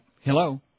Hello